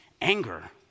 anger